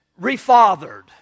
refathered